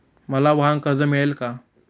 मला वाहनकर्ज मिळेल का?